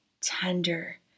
tender